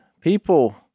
people